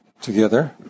together